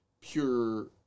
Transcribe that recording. pure